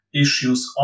issues